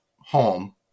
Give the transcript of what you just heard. home